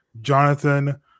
Jonathan